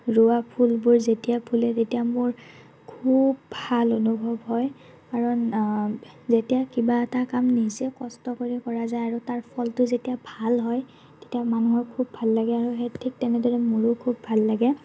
ৰোৱা ফুলবোৰ যেতিয়া ফুলে তেতিয়া মোৰ খুব ভাল অনুভৱ হয় কাৰণ যেতিয়া কিবা এটা কাম নিজে কষ্ট কৰি কৰা যায় আৰু তাৰ ফলটো যেতিয়া ভাল হয় তেতিয়া মানুহৰ খুব ভাল লাগে আৰু ঠিক তেনেদৰে মোৰো খুব ভাল লাগে